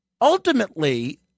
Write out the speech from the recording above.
ultimately